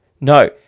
No